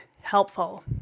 helpful